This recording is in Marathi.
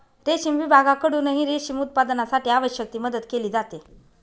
रेशीम विभागाकडूनही रेशीम उत्पादनासाठी आवश्यक ती मदत केली जाते